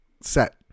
Set